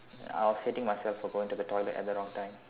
I was hating myself for going to the toilet at the wrong time